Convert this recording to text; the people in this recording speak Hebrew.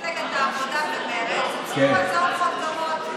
זוכרת שחצי ממפלגת העבודה ומרצ הציעו הצעות חוק דומות,